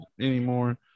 anymore